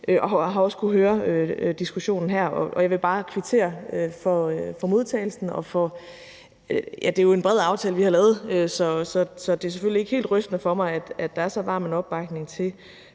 og har også kunnet høre diskussionen her. Jeg vil bare kvittere for modtagelsen, og det er jo en bred aftale, vi har lavet, så det er selvfølgelig ikke helt rystende for mig, at der er så varm en opbakning til